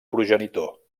progenitor